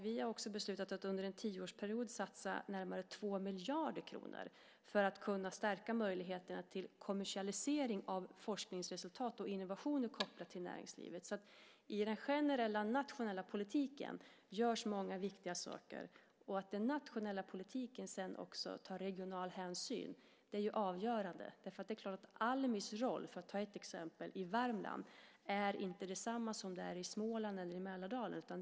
Vi har också beslutat att under en tioårsperiod satsa närmare 2 miljarder kronor för att stärka möjligheterna till kommersialisering av forskningsresultat och innovationer kopplade till näringslivet. I den generella nationella politiken görs många viktiga saker. Att den nationella politiken sedan också tar regional hänsyn är avgörande. För att ta Värmland som exempel är ju Almis roll inte densamma där som den är i Småland eller i Mälardalen.